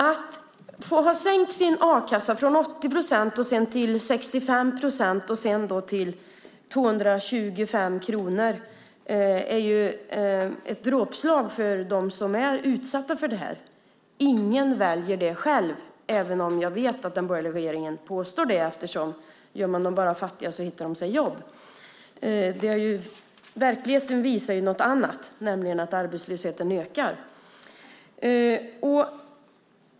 Att få sin a-kassa sänkt från 80 procent till 65 procent och sedan till 225 kronor är ett dråpslag för dem som är utsatta för det. Ingen väljer det själv, även om jag vet att den borgerliga regeringen påstår det. De säger ju att bara man gör dem fattiga hittar de sig ett jobb. Verkligheten visar något annat, nämligen att arbetslösheten ökar.